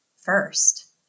first